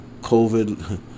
COVID